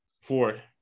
Ford